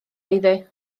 iddi